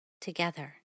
Together